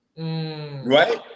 Right